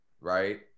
right